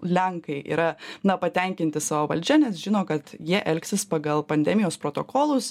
lenkai yra nepatenkinti savo valdžia nes žino kad jie elgsis pagal pandemijos protokolus